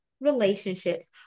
relationships